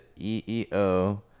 EEO